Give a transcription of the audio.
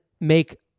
make